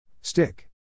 Stick